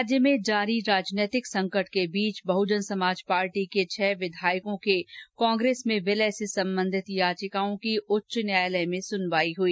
राज्य में जारी राजनीतिक संकट के बीच बहजन समाज पार्टी के छह विधायकों के कांग्रेस में विलय से संबंधित याचिकाओं की उच्च न्यायालय में सुनवाई हुई